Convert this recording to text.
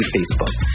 Facebook